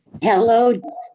Hello